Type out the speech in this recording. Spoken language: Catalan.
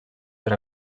per